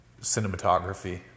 cinematography